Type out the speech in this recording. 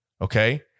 okay